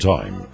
Time